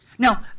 Now